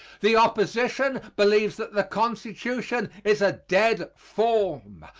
the opposition believes that the constitution is a dead form,